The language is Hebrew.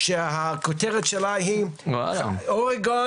שהכותרת שלו היא: אורגון